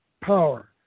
power